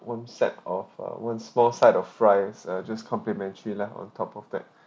one set of uh one small side of fries uh just complimentary lah on top of that